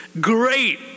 great